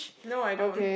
no I don't